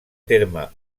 terme